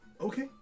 Okay